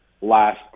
last